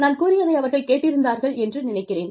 நான் கூறியதை அவர்கள் கேட்டிருந்தார்கள் என்று நினைக்கிறேன்